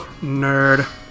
Nerd